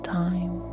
time